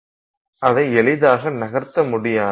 அதை எளிதாக நகர்த்த முடியாது